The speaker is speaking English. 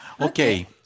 Okay